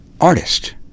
artist